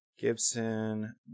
Gibson